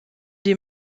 die